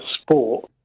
sport